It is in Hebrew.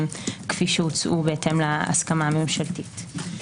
כפי שהוצעו בהתאם להסכמה הממשלתית.